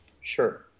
Sure